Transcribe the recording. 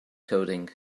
coding